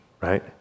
right